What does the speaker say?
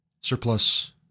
surplus